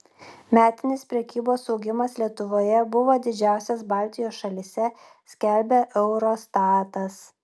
metinis prekybos augimas lietuvoje buvo didžiausias baltijos šalyse skelbia eurostatas